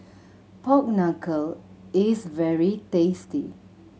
pork knuckle is very tasty